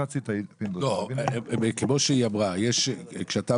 כמו שהיא אמרה, כשאתה